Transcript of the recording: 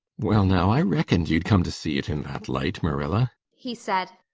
well now, i reckoned you'd come to see it in that light, marilla, he said.